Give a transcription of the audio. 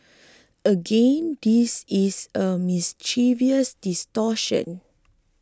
again this is a mischievous distortion